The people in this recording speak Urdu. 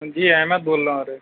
جی احمد بول رہا ہوں ارے